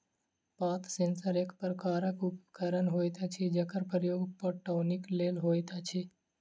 पात सेंसर एक प्रकारक उपकरण होइत अछि जकर प्रयोग पटौनीक लेल होइत अछि